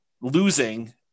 losing